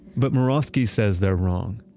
but murawski says they're wrong.